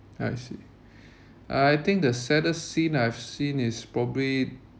I see I think the saddest scene I've seen is probably